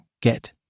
Get